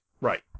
Right